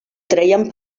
treien